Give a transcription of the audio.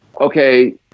okay